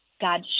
God